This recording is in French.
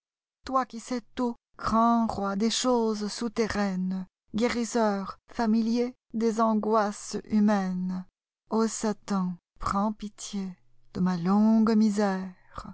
toi qui sais tout grand roi des choses souterraiues guérisseur familier des angoisses humaines ô satan prends pitié de ma longue misère